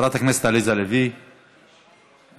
חברת הכנסת עליזה לביא, איננה.